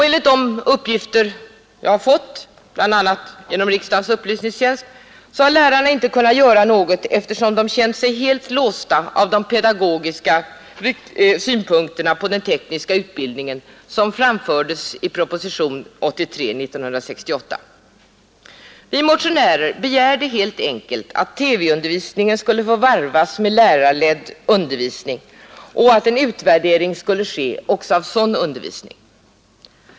Enligt de uppgifter jag har fått, bl.a. genom riksdagens upplysningstjänst, har lärarna inte kunnat göra något, eftersom de känt sig helt låsta av de pedagogiska synpunkter på den tekniska utbildningen som framfördes i propositionen 83 år 1968. Vi motionärer begärde helt enkelt att TV-undervisningen skulle få varvas med lärarledd undervisning och att en utvärdering skulle ske också av sådan undervisning.